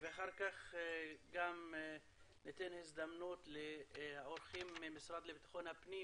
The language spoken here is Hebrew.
ואחר כך גם ניתן הזדמנות לאורחים מהמשרד לביטחון הפנים